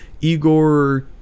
Igor